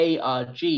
ARG